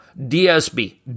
DSB